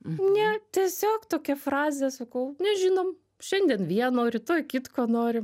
ne tiesiog tokia frazė sakau nežinom šiandien vieno rytoj kitko norim